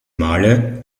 male